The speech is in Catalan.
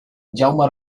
jaume